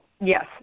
Yes